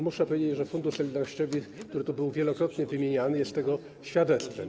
Muszę powiedzieć, że Fundusz Solidarnościowy, który tu był wielokrotnie wymieniany, jest tego świadectwem.